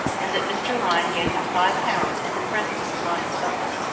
and that mr. lyne gave him five pounds in the presence of lyne's butler.